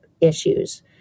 issues